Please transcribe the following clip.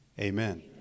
amen